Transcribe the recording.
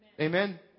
Amen